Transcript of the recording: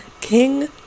King